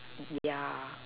ya